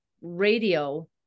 radio